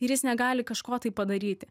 ir jis negali kažko tai padaryti